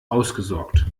ausgesorgt